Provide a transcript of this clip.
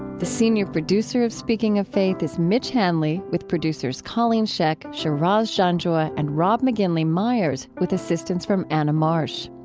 the senior producer of speaking of faith is mitch hanley, with producers colleen scheck, shiraz janjua, and rob mcginley myers, with assistance from anna marsh.